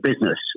business